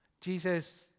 Jesus